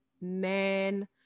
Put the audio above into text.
man